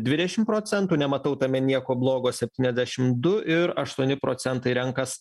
dvidešim procentų nematau tame nieko blogo septyniasdešim du ir aštuoni procentai renkas